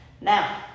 Now